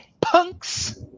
punks